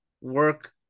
work